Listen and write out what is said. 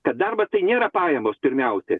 kad darbas tai nėra pajamos pirmiausiai